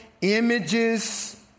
images